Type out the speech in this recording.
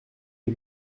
est